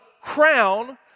crown